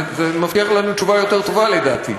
זה מבטיח לנו תשובה יותר טובה, לדעתי.